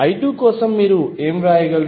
I2 కోసం మీరు ఏమి వ్రాయగలరు